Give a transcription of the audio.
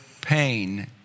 pain